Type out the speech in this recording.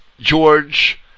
George